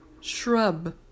Shrub